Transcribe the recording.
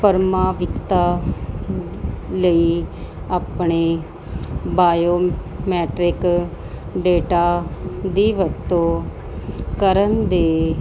ਕਰਮਾਵਿਤਾ ਲਈ ਆਪਣੇ biometric data ਦੀ ਵਰਤੋਂ ਕਰਨ ਦੇ